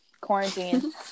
quarantine